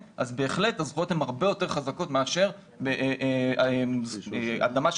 בהחלט הזכויות הן הרבה יותר חזקות מאשר אדמה אנחנו